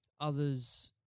others